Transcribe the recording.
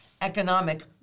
economic